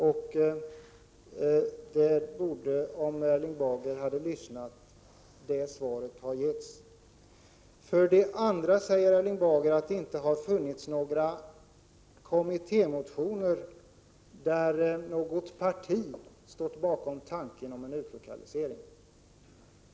Om Erling Bager hade lyssnat borde han ha känt till detta. För det andra säger Erling Bager att det inte har funnits några kommitté motioner, där något parti stått bakom tanken på en utlokalisering.